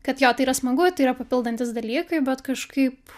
kad jo tai yra smagu tai yra papildantys dalykai bet kažkaip